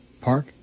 Park